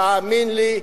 תאמין לי,